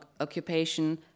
occupation